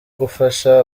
gufasha